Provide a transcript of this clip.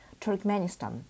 Turkmenistan